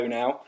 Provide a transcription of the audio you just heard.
now